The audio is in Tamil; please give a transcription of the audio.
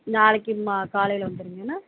நாளைக்கு மா காலையில வந்திருங்க என்ன